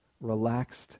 relaxed